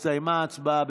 הסתיימה ההצבעה.